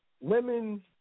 women